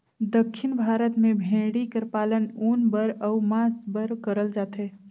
दक्खिन भारत में भेंड़ी कर पालन ऊन बर अउ मांस बर करल जाथे